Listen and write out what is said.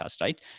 right